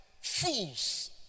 fools